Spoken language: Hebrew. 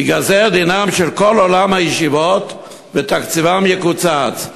ייגזר הדין של כל עולם הישיבות ותקציבן יקוצץ,